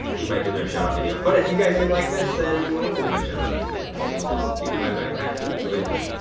we might do another shout-out video. but if you guys didn't like this, then we won't do another shout-out video and we'll just, you could buy the backpacks and enjoy them.